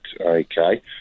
okay